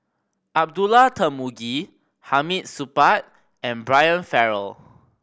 Abdullah Tarmugi Hamid Supaat and Brian Farrell